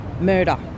murder